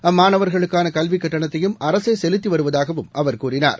அம்மாணவர்களுக்கானகல்விக் கட்டணத்தையும் அரசேசெலுத்திவருவதாகவும் அவர் கூறினார்